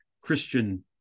Christian